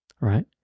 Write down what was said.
Right